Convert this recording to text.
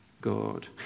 God